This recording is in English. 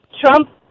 Trump